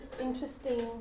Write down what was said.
interesting